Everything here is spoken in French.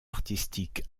artistique